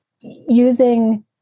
using